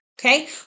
okay